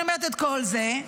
אני אומרת את כל זה,